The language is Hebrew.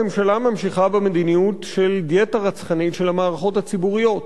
הממשלה ממשיכה במדיניות של דיאטה רצחנית של המערכות הציבוריות.